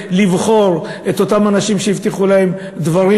לבחור את אותם אנשים שהבטיחו לו דברים,